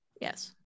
Yes